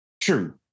true